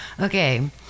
Okay